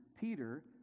Peter